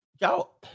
Y'all